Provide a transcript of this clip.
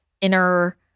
inner